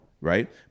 right